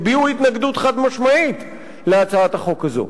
התנגדות חד-משמעית להצעת החוק הזו.